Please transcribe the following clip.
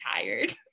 tired